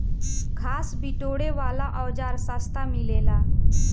घास बिटोरे वाला औज़ार सस्ता मिलेला